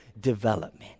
development